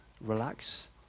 relax